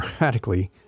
radically